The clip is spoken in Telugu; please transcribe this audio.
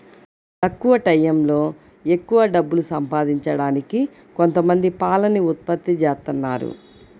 తక్కువ టైయ్యంలో ఎక్కవ డబ్బులు సంపాదించడానికి కొంతమంది పాలని ఉత్పత్తి జేత్తన్నారు